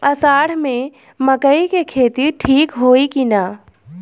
अषाढ़ मे मकई के खेती ठीक होई कि ना?